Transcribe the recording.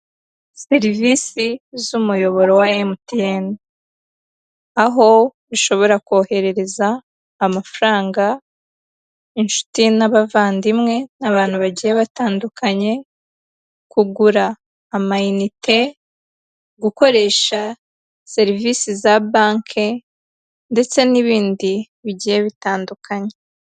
Serivisi z'umuyoboro wa emutiyeni, aho ushobora koherereza amafaranga inshuti n'abavandimwe n'abantu bagiye batandukanye, kugura amayinite, gukoresha serivisi za banki ndetse n'ibindi bigiye bitandukanye.